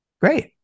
Great